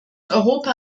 europa